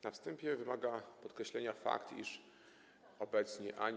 Na wstępie wymaga podkreślenia fakt, iż obecnie ani